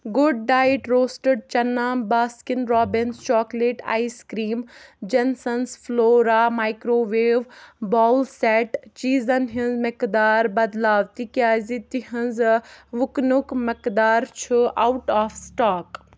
good diet roasted chana Baskin Robbins chocolate ice cream جنسَنٕز Flora microwave bowl set چیٖزن ہِنٛز مٮ۪قدار بدلاو تِکیٛازِ تِہنٛز وُکنُک مٮ۪قدار چھُ آوُٹ آف سٹاک